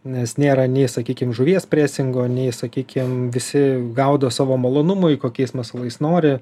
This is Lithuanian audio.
nes nėra nei sakykim žuvies presingo nei sakykim visi gaudo savo malonumui kokiais masalais nori